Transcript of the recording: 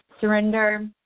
Surrender